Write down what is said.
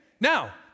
Now